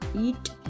eat